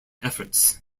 efforts